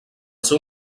seu